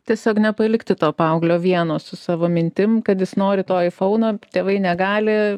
tiesiog nepalikti to paauglio vieno su savo mintim kad jis nori to iphono tėvai negali